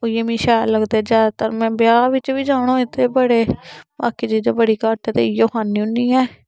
ओइयो मिगी शैल लगदे ज्यादातर मै ब्याह बिच्च बी जाना होए ते बड़े बाकी चीजां बड़ी घट्ट ते इयो खन्नी होन्नी आं